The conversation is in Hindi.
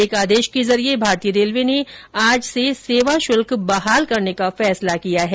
एक आदेश के जरिए भारतीय रेलवे ने आज से सेवा शुल्क बहाल करने का फैसला किया है